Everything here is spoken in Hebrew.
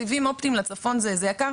סיבים אופטיים לצפון זה יקר,